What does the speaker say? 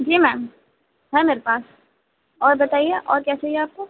جی ma'am ہے میرے پاس اور بتائیے اور کیا چاہیے آپ کو